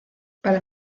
para